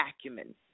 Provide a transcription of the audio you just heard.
acumen